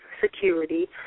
security